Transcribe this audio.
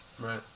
Right